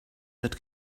that